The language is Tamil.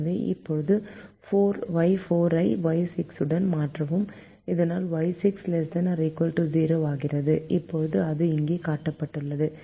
எனவே இப்போது Y4 ஐ Y6 உடன் மாற்றவும் இதனால் Y6 ≤ 0 ஆகிறது இப்போது அது இங்கே காட்டப்பட்டுள்ளது